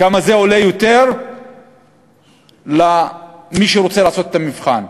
כמה זה עולה יותר למי שרוצה לעשות את המבחן,